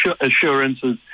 assurances